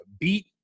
beat